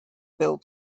bill